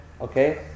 okay